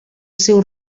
seu